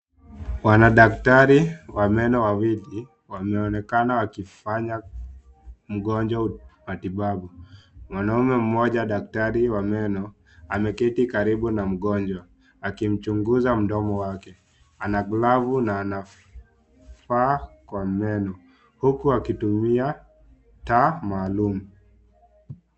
Wanadaktari wa meno wameonekana wakimfanya mgonjwa matibabu. Mwanaume moja daktari wa meno ameketi karibu na mgonjwa, akimchunguza mdomo wake. Ana glavu na anaangalia meno, huku akitumia taa maalum.